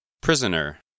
prisoner